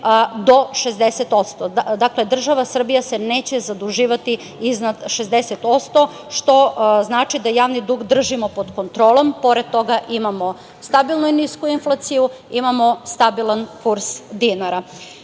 do 60%. Dakle, država Srbija se neće zaduživati iznad 60% što znači da javni dug držimo pod kontrolom. Pored toga, imamo stabilnu i nisku inflaciju, imamo stabilan kurs dinara. Želim